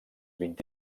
vint